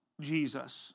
Jesus